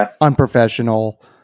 unprofessional